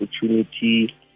opportunity